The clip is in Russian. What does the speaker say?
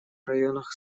районах